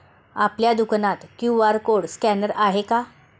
आपल्या दुकानात QR code scanner आहे का?